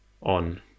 on